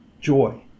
joy